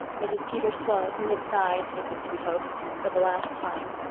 mrs. peter sloane, who had sighed, it was to be hoped, for the last time,